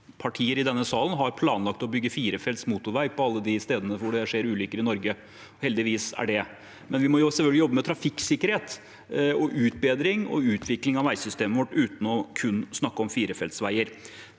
partier i denne salen har planlagt å bygge firefelts motorvei på alle de stedene hvor det skjer ulykker i Norge – heldigvis. Vi må selvfølgelig jobbe med trafikksikkerhet og utbedring og utvikling av veisystemet vårt uten kun å snakke om firefeltsveier.